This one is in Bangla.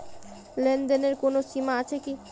লেনদেনের কোনো সীমা আছে কি?